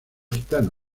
gitano